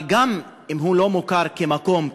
אבל גם אם הוא לא מוכר כמקום,